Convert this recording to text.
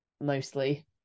mostly